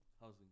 Housing